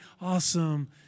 awesome